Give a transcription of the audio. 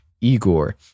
Igor